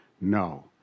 No